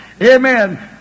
Amen